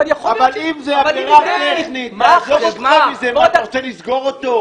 אבל אם זו עבירה טכנית, אתה רוצה לסגור אותו?